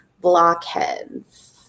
blockheads